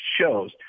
shows